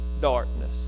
darkness